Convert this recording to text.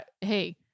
hey